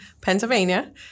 Pennsylvania